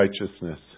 righteousness